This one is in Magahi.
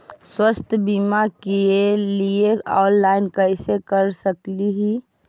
स्वास्थ्य बीमा के लिए ऑनलाइन कैसे कर सकली ही?